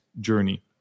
journey